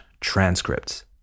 transcripts